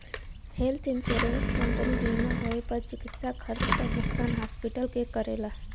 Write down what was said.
health insurance company बीमार होए पर चिकित्सा खर्चा क भुगतान हॉस्पिटल के करला